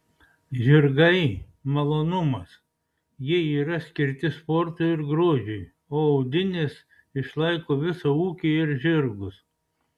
žirgai malonumas jie yra skirti sportui ir grožiui o audinės išlaiko visą ūkį ir žirgus